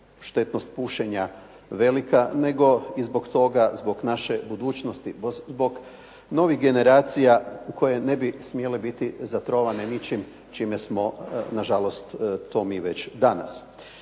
štetnost pušenja velika nego i zbog toga zbog naše budućnosti. Zbog novih generacija koje ne bi smjele biti zatrovane ničim čime smo nažalost to mi već danas.